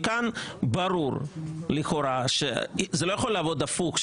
מכאן ברור לכאורה שזה לא יכול לעבוד הפוך,